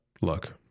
look